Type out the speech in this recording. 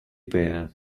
bear